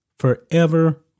Forever